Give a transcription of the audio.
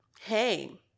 Hey